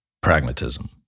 pragmatism